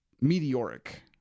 meteoric